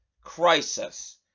crisis